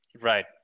Right